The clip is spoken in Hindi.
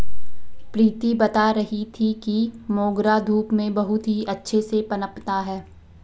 प्रीति बता रही थी कि मोगरा धूप में बहुत ही अच्छे से पनपता है